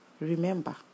remember